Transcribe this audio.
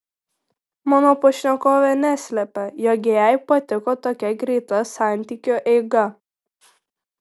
mano pašnekovė neslepia jog jai patiko tokia greita santykiu eiga